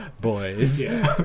boys